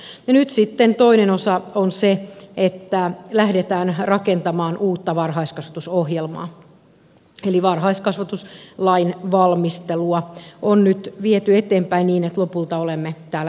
ja nyt sitten toinen osa on se että lähdetään rakentamaan uutta varhaiskasvatusohjelmaa eli varhaiskasvatuslain valmistelua on nyt viety eteenpäin niin että lopulta olemme täällä eduskunnassa